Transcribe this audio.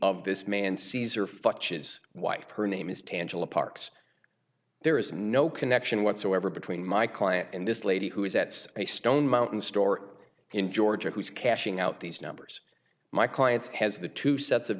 of this man cesar fetches wife her name is tangible parks there is no connection whatsoever between my client and this lady who is at a stone mountain store in georgia who's cashing out these numbers my clients has the two sets of